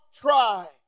try